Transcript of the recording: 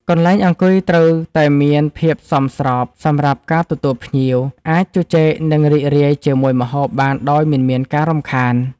កន្លែងអង្គុយត្រូវតែមានភាពសមស្របសម្រាប់ការទទួលភ្ញៀវ អាចជជែកនិងរីករាយជាមួយម្ហូបបានដោយមិនមានការរំខាន។